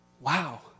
Wow